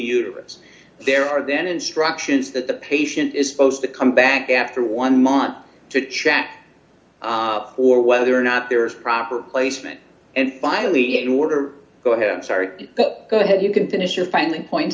uterus there are then instructions that the patient is supposed to come back after one month to chat or whether or not there is proper placement and finally in order go ahead i'm sorry but go ahead you can finish offending points